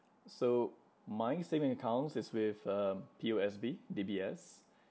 so my saving accounts is with um P_O_S_B D_B_S